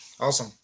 awesome